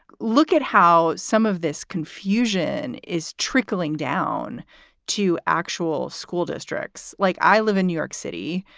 look at how some of this confusion is trickling down to actual school districts like i live in new york city.